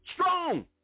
strong